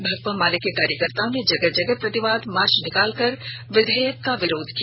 भाकपा माले के कार्यकर्ताओं ने जगह जगह प्रतिवाद मार्च निकाल कर विधेयक का विरोध किया